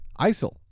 ISIL